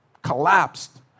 Collapsed